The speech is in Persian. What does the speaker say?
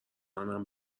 منم